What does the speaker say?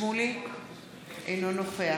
אינו נוכח